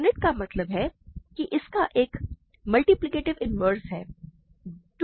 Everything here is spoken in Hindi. यूनिट का मतलब है की इसका एक मल्टीप्लिकेटिव इन्वर्स है